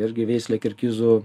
irgi veislė kirgizų